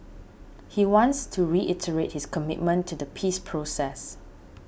he wants to reiterate his commitment to the peace process